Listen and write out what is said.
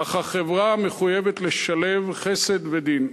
אך החברה מחויבת לשלב חסד ודין.